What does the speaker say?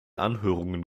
anhörungen